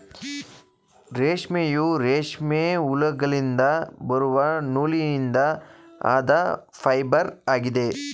ರೇಷ್ಮೆಯು, ರೇಷ್ಮೆ ಹುಳುಗಳಿಂದ ಬರುವ ನೂಲಿನಿಂದ ಆದ ಫೈಬರ್ ಆಗಿದೆ